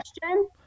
question